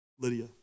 Lydia